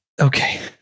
Okay